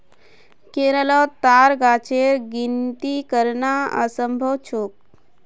केरलोत ताड़ गाछेर गिनिती करना असम्भव छोक